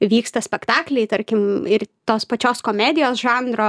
vyksta spektakliai tarkim ir tos pačios komedijos žanro